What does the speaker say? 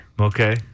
Okay